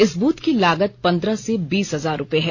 इस बूथ की लागत पंद्रह से बीस हजार रुपये है